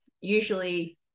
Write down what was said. usually